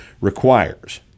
requires